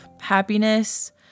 happiness